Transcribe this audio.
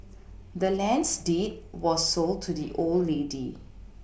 the land's deed was sold to the old lady